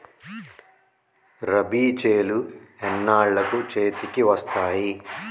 రబీ చేలు ఎన్నాళ్ళకు చేతికి వస్తాయి?